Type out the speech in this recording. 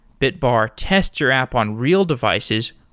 bitbar tests your app on real devices,